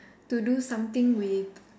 to do something with